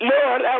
Lord